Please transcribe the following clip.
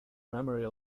memory